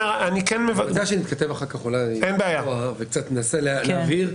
את רוצה שנתכתב אחר כך וקצת ננסה להבהיר?